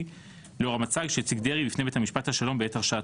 לאור המצג שהציג דרעי בפני בית משפט השלום בעת הרשעתו.